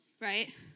right